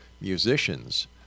musicians